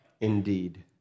indeed